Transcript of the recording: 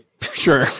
sure